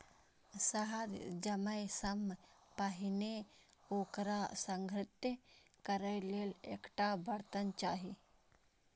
शहद जमै सं पहिने ओकरा संग्रहीत करै लेल एकटा बर्तन चाही